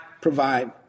provide